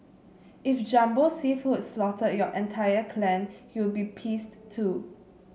if Jumbo Seafood slaughtered your entire clan you'll be pissed too